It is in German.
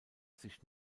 sich